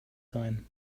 sein